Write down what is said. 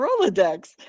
Rolodex